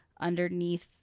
underneath